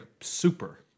super